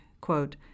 quote